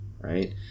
right